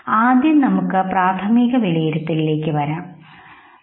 ആദ്യം നമുക്ക് പ്രാഥമിക വിലയിരുത്തലിലേക്ക് വരാം ശരി